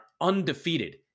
undefeated